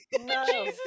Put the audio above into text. no